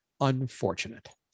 unfortunate